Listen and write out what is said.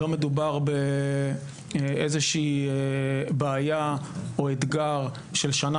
לא מדובר באיזה שהיא בעיה או אתגר של שנה